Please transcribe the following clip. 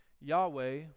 Yahweh